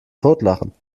totlachen